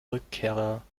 rückkehrer